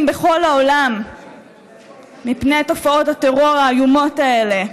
בכל העולם מפני תופעות הטרור האיומות האלה.